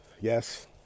yes